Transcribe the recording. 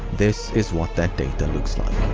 this is what that data looks like.